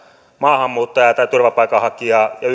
maahanmuuttajaa tai turvapaikanhakijaa ja